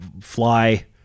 fly